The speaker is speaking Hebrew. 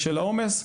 העומס,